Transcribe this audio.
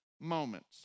moments